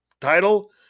title